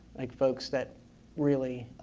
like folks that really,